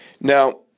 Now